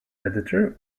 editor